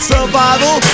Survival